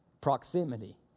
proximity